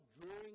drawing